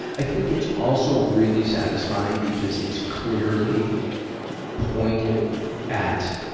i think it's also really satisfying because it's clearly pointed at,